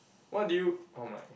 what do you oh my